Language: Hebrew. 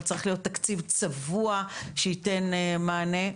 אבל צריך להיות תקציב צבוע שייתן מענה.